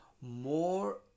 more